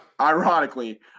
ironically